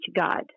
God